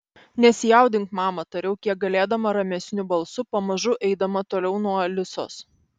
nesijaudink mama tariau kiek galėdama ramesniu balsu pamažu eidama toliau nuo alisos